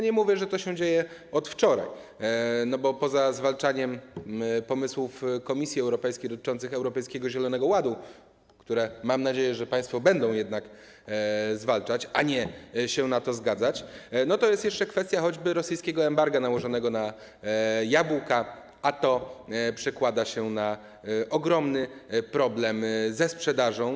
Nie mówię, że to się dzieje od wczoraj, bo poza zwalczaniem pomysłów Komisji Europejskiej dotyczących Europejskiego Zielonego Ładu - które, mam nadzieję, państwo będą jednak zwalczać, a nie się na to zgadzać - jest jeszcze kwestia choćby rosyjskiego embarga nałożonego na jabłka, a to przekłada się na ogromny problem ze sprzedażą.